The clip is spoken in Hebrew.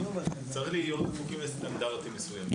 צריכים להיות דבוקים לסטנדרטים מסוימים.